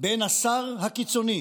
בין השר הקיצוני